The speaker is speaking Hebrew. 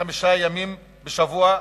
חמישה ימים בשבוע,